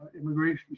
immigration